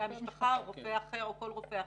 רופא המשפחה או כל רופא אחר.